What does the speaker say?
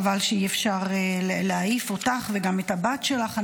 חבל שאי-אפשר להעיף אותך וגם את הבת שלך.